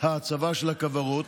ההצבה של הכוורות.